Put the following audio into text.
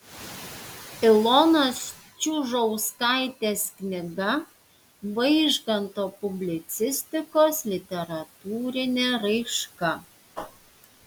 ilonos čiužauskaitės knyga vaižganto publicistikos literatūrinė raiška